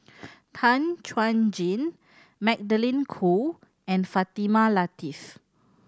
Tan Chuan Jin Magdalene Khoo and Fatimah Lateef